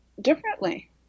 differently